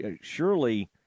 surely